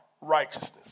righteousness